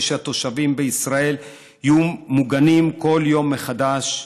שהתושבים בישראל יהיו מוגנים כל יום מחדש.